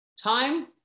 Time